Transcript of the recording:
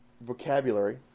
vocabulary